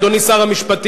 אדוני שר המשפטים,